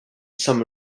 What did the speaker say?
some